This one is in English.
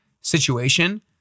situation